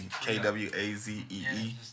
K-W-A-Z-E-E